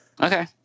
Okay